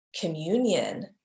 communion